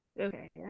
Okay